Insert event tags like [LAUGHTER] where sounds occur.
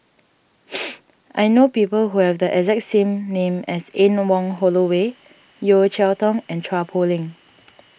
[NOISE] I know people who have the exact same name as Anne Wong Holloway Yeo Cheow Tong and Chua Poh Leng